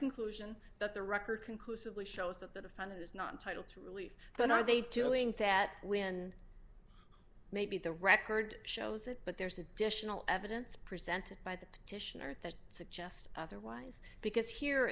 conclusion that the record conclusively shows that the defendant is not entitle to relief then are they to link that when maybe the record shows it but there's additional evidence presented by the petitioner that suggests otherwise because here